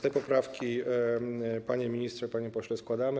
Te poprawki, panie ministrze, panie pośle, składamy.